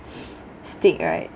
stick right